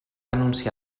anunciar